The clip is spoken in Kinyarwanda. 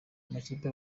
amakipe